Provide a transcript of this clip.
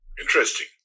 Interesting